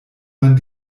man